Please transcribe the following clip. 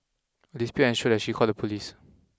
a dispute ensued and she called the police